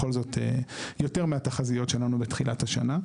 אבל אנחנו בכל זאת יותר מהתחזיות שהיו לנו בתחילת השנה.